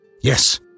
Yes